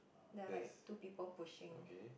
there are like two people pushing